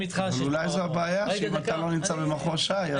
אבל אולי הבעיה היא שאתה לא נמצא במחוז ש"י.